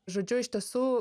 žodžiu iš tiesų